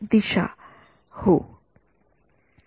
हो विद्यार्थीः आमचे उत्पादन वेगळे असेल